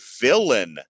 villain